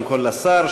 תודה, קודם כול, לשר.